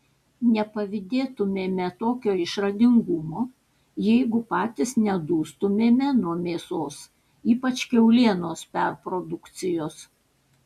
nepavydėtumėme tokio išradingumo jeigu patys nedustumėme nuo mėsos ypač kiaulienos perprodukcijos